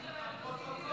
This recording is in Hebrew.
לפרוטוקול.